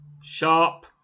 Sharp